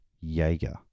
Jaeger